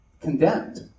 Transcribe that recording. condemned